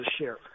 share